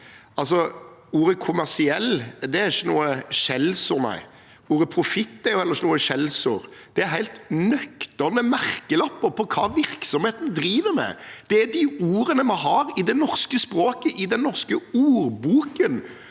Ordet «kommersiell» er ikke noe skjellsord. Ordet «profitt» er heller ikke noe skjellsord. Det er helt nøkterne merkelapper på hva virksomheten driver med. Det er de ordene vi har i det norske språket, i den norske ordboken,